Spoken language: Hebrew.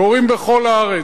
קורים בכל הארץ.